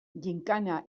ginkana